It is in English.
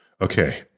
okay